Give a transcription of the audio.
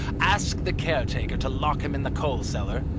ask the caretaker to lock him in the coal cellar,